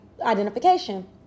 identification